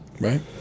right